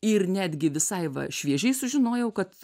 ir netgi visai va šviežiai sužinojau kad